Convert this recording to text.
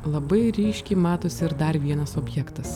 labai ryškiai matosi ir dar vienas objektas